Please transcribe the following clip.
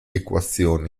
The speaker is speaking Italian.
equazioni